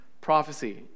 prophecy